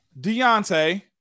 Deontay